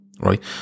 right